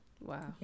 Wow